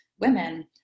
women